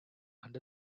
under